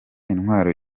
intwaro